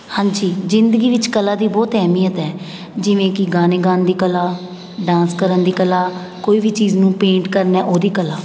ਹਾਂਜੀ ਜ਼ਿੰਦਗੀ ਵਿੱਚ ਕਲਾ ਦੀ ਬਹੁਤ ਅਹਿਮੀਅਤ ਹੈ ਜਿਵੇਂ ਕਿ ਗਾਣੇ ਗਾਉਣ ਦੀ ਕਲਾ ਡਾਂਸ ਕਰਨ ਦੀ ਕਲਾ ਕੋਈ ਵੀ ਚੀਜ਼ ਨੂੰ ਪੇਂਟ ਕਰਨਾ ਓਹਦੀ ਕਲਾ